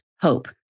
hope